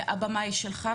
הבמה שלך.